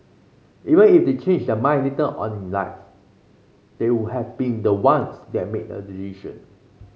even if they change their mind later on in life they would have been the ones that made the decision